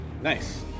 Nice